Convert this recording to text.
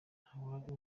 ntawari